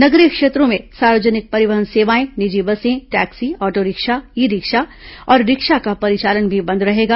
नगरीय क्षेत्रों में सार्वजनिक परिवहन सेवाएं निजी बसें taxi auto rickshaw e rickshaw और रिक्शा का परिचालन भी बंद रहेगा